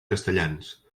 castellans